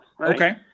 Okay